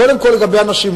קודם כול, לגבי הנשים.